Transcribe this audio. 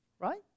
Right